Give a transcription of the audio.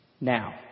Now